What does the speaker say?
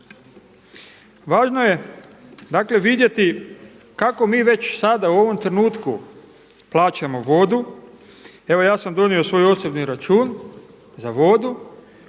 Važno je dakle vidjeti kako mi već sada u ovom trenutku plaćamo vodu. Evo ja sam donio svoj osobni račun za vodu